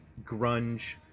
grunge